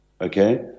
okay